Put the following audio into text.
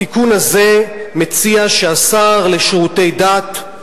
התיקון הזה מציע שהשר לשירותי דת,